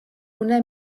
una